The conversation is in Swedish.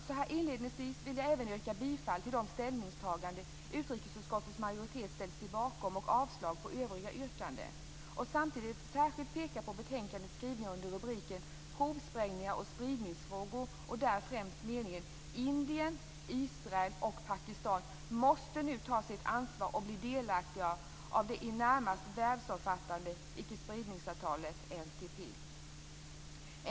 Jag vill inledningsvis yrka bifall till de ställningstaganden som utrikesutskottets majoritet gjort och hemställa om avslag på övriga yrkanden. Jag vill särskilt peka på betänkandets skrivningar under rubriken "Provsprängningar och spridningsfrågor m.m.", främst följande mening: "Indien, Israel och Pakistan måste nu ta sitt ansvar och bli delaktiga av det i det närmaste världsomfattande Ickespridningsavtalet, NPT."